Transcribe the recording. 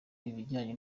ibijyanye